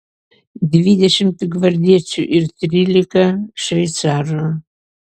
dvidešimt gvardiečių ir trylika šveicarų